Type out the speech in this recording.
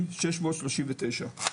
4,639,